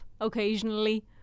occasionally